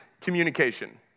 communication